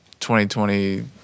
2020